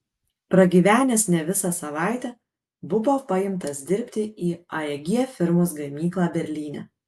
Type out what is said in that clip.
pragyvenęs ne visą savaitę buvo paimtas dirbti į aeg firmos gamyklą berlyne